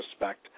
respect